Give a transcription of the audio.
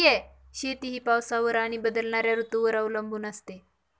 शेती ही पावसावर आणि बदलणाऱ्या ऋतूंवर अवलंबून असते